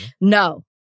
No